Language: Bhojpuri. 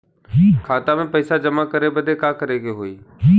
खाता मे पैसा जमा करे बदे का करे के होई?